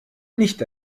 nicht